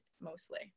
mostly